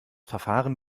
verfahren